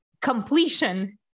completion